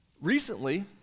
recently